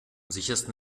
sichersten